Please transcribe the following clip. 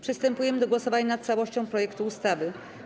Przystępujemy do głosowania nad całością projektu ustawy.